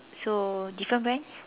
so different brands